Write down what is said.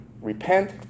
repent